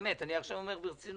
באמת, אני עכשיו אומר ברצינות.